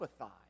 empathize